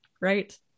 Right